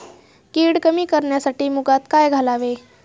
कीड कमी करण्यासाठी मुगात काय घालावे?